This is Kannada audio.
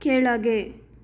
ಕೆಳಗೆ